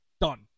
Done